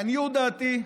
לעניות דעתי,